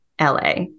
LA